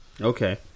Okay